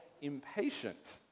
impatient